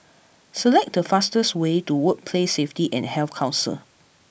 select the fastest way to Workplace Safety and Health Council